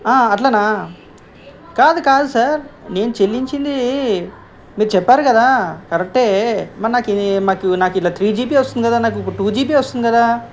అలానా కాదు కాదు సార్ నేను చెల్లించింది మీరు చెప్పారు కదా కరెక్టే మ నాకు మాకు నాకు ఇలా త్రీ జీబి వస్తుంది కదా నాకు ఒక టూ జీబి వస్తుంది కదా